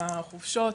חופשות.